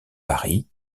paris